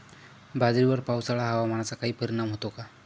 बाजरीवर पावसाळा हवामानाचा काही परिणाम होतो का?